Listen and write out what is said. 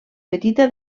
petita